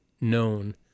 known